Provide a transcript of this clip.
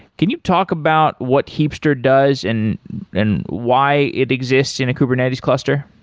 can you talk about what heapster does and and why it exists in a kubernetes cluster?